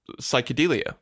psychedelia